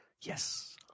yes